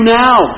now